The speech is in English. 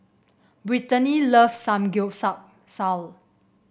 Brittney loves Samgeyopsal